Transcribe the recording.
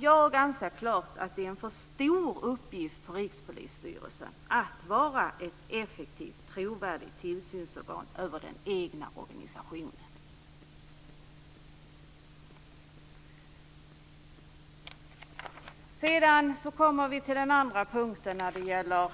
Jag anser att det är en för stor uppgift för Rikspolisstyrelsen att utöva en effektiv och trovärdig tillsyn över den egna organisationen. Den andra punkten gäller